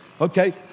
Okay